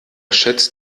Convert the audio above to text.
schätzt